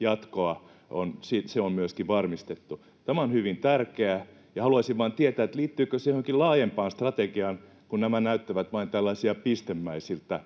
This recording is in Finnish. jatko on myöskin varmistettu. Tämä on hyvin tärkeää. Haluaisin vain tietää, liittyykö se johonkin laajempaan strategiaan, kun nämä näyttävät vain tällaisilta pistemäisiltä